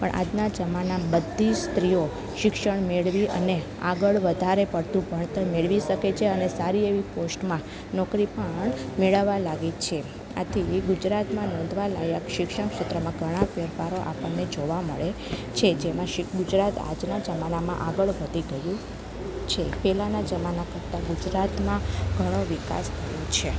પણ આજના જમાનામાં બધી સ્ત્રીઓ શિક્ષણ મેળવી અને આગળ વધારે પડતું ભણતર મેળવી શકે છે અને સારી એવી પોસ્ટોમાં નોકરી પણ મેળવવા લાગી છે આથી ગુજરાતમાં નોંધવા લાયક શિક્ષણ ક્ષેત્રમાં ઘણા ફેરફારો આપણને જોવા મળે છે જેમાં ગુજરાત આજના જમાનામાં આગળ વધી ગયું છે પેલાના જમાના કરતાં ગુજરાતમાં ઘણો વિકાસ થયો છે